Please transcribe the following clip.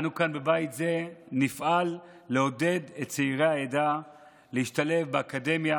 אנו כאן בבית זה נפעל לעודד את צעירי העדה להשתלב באקדמיה